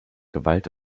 gewalt